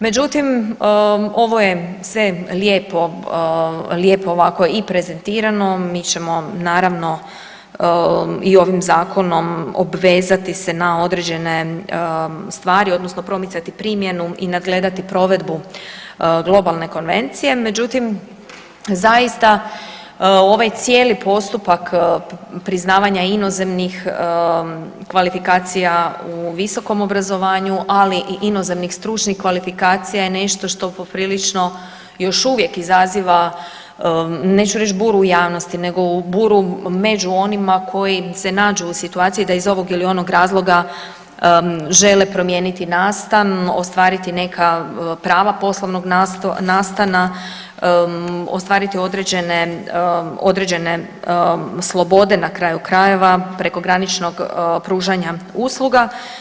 Međutim, ovo je sve lijepo ovako i prezentirano, mi ćemo naravno i ovim zakonom obvezati se na određene stvari odnosno promicati primjenu i nadgledati provedbu globalne konvencije, međutim zaista ovaj cijeli postupak priznavanja inozemnih kvalifikacija u visokom obrazovanju, ali i inozemnih stručnih kvalifikacija je nešto što poprilično još uvijek izaziva, neću reći buru u javnosti nego buru među onima koji se nađu u situaciji da iz ovog ili onog razloga žele promijeniti nastan, ostvariti neka prava poslovnog nastana ostvariti određene slobode na kraju krajeva prekograničnog pružanja usluga.